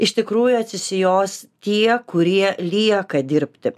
iš tikrųjų atsisijos tie kurie lieka dirbti